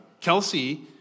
Kelsey